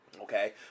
Okay